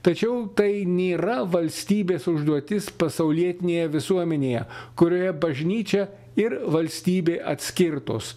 tačiau tai nėra valstybės užduotis pasaulietinėje visuomenėje kurioje bažnyčia ir valstybė atskirtos